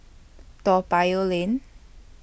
Toa Payoh Lane